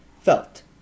Felt